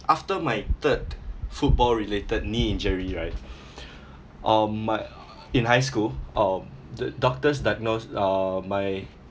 after my third football related knee injury right um my uh in high school um the doctors diagnosed uh my